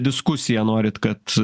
diskusiją norit kad